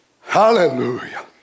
Hallelujah